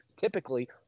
Typically